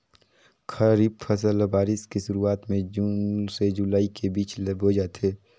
खरीफ फसल ल बारिश के शुरुआत में जून से जुलाई के बीच ल बोए जाथे